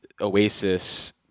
OASIS